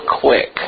quick